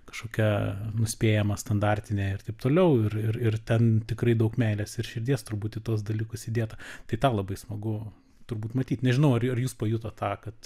kažkokia nuspėjama standartinė ir taip toliau ir ir ir ten tikrai daug meilės ir širdies turbūt į tuos dalykus įdėta tai tau labai smagu turbūt matyt nežinau ar ar jūs pajutot tą kad